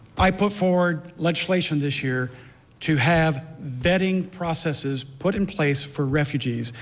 i put forward legislation this year to have vetting processes put in place for refugees,